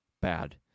bad